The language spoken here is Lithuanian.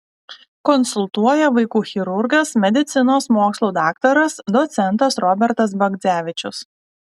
konsultuoja vaikų chirurgas medicinos mokslų daktaras docentas robertas bagdzevičius